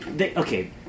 okay